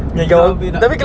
ngigau habis nak